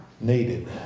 needed